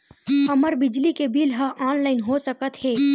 हमर बिजली के बिल ह ऑनलाइन हो सकत हे?